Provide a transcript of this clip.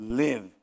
live